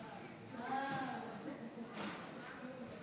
הכנסת אראל מרגלית,